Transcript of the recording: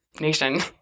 nation